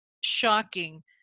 shocking